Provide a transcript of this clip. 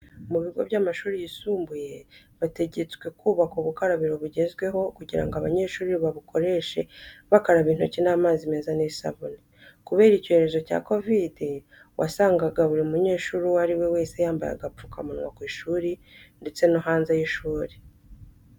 Ku bigo by'amashuri yisumbuye bategetswe kubaka ubukarabiro bugezweho kugira ngo abanyeshuri babukoreshe bakaraba intoki n'amazi meza n'isabune. Kubera icyorezo cya Covid wasangaga buri munyeshuri uwo ari we wese yambaye agapfukamunwa ku ishuri ndetse no hanze y'ishuri.